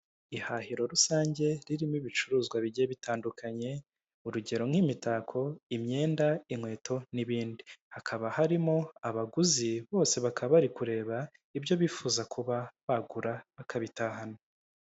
Ihahiro rusange ririmo ibicuruzwa bigiye bitandukanye urugero; nk'imitako, imyenda, inkweto, n'ibindi hakaba harimo abaguzi bose bakaba bari kureba ibyo bifuza kuba bagura bakabitahana.